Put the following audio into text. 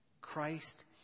Christ